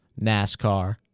NASCAR